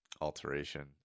alteration